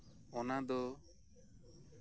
ᱚᱱᱟᱫᱚ